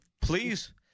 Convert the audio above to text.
please